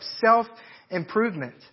self-improvement